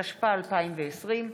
התשפ"א 2020,